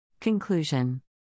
Conclusion